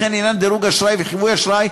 וכן לעניין דירוג אשראי וחיווי אשראי,